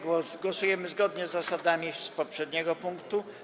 Głosujemy zgodnie z zasadami z poprzedniego punktu.